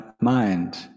mind